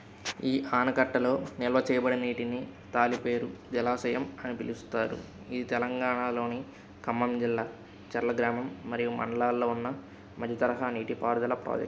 ఈ అనకట్టలో నిల్వ చెయ్యబడిన నీటిని తాలిపేరు జలాశయం అని పిలుస్తారు ఇది తెలంగాణాలోని ఖమ్మం జిల్లా చెర్ల గ్రామం మరియు మండలాల్లో ఉన్న మధ్యతరహా నీటిపారుదల ప్రాజెక్ట్